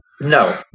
No